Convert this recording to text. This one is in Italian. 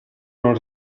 non